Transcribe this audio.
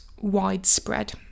widespread